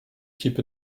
keep